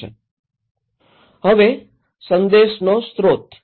Refer Slide Time 1008 હવે સંદેશનો સ્રોત